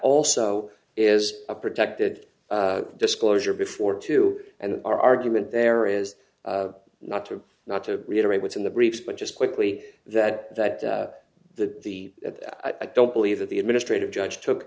also is a protected disclosure before too and the argument there is not to not to reiterate what's in the briefs but just quickly that that the the i don't believe that the administrative judge took